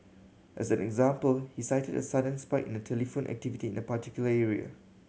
as an example he cited a sudden spike in the telephone activity in a particular area